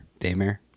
Daymare